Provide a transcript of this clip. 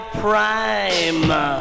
prime